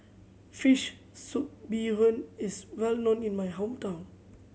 fish soup bee hoon is well known in my hometown